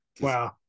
Wow